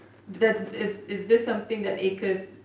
that is is this something that ACRES